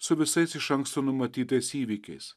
su visais iš anksto numatytais įvykiais